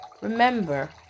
Remember